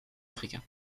africain